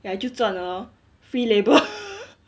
ya 就赚了 lor free labour